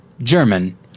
German